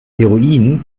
heroin